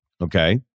okay